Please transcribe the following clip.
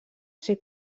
ser